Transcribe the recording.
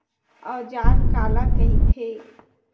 औजार काला कइथे?